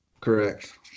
correct